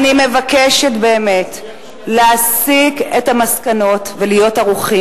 אני מבקשת באמת להסיק את המסקנות ולהיות ערוכים,